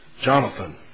Jonathan